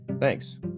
Thanks